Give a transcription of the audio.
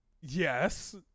Yes